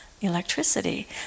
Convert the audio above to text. electricity